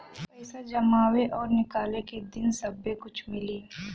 पैसा जमावे और निकाले के दिन सब्बे कुछ मिली